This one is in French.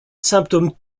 symptôme